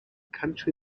country